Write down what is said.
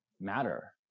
matter